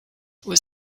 was